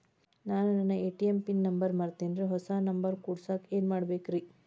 ನಾನು ನನ್ನ ATM pin number ಮರ್ತೇನ್ರಿ, ಹೊಸಾ ನಂಬರ್ ಕುಡಸಾಕ್ ಏನ್ ಮಾಡ್ಬೇಕ್ರಿ?